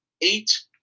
eight